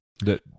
That-